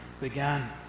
began